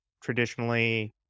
traditionally